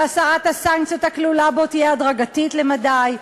והסרת הסנקציות הכלולה בו תהיה הדרגתית למדי,